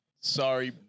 Sorry